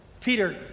Peter